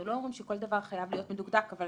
אנחנו לא אומרים שכל דבר חייב להיות מדוקדק אבל